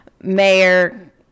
Mayor